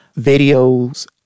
videos